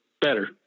better